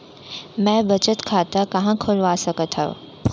मै बचत खाता कहाँ खोलवा सकत हव?